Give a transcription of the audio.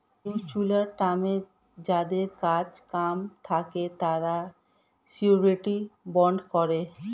mutual টার্মে যাদের কাজ কাম থাকে তারা শিউরিটি বন্ড করে